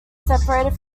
separated